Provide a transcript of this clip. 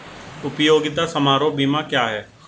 उपयोगिता समारोह बीमा क्या है?